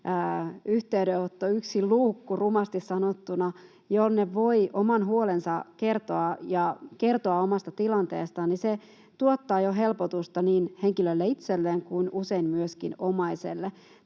yhteydenotto — yksi luukku rumasti sanottuna — jonne voi oman huolensa kertoa ja kertoa omasta tilanteestaan, tuottaa jo helpotusta niin henkilölle itselleen kuin usein myöskin omaiselle.